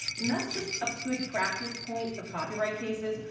that's just a good practice point for copyright cases.